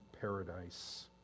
paradise